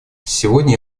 сегодня